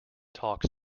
talks